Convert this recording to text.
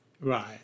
Right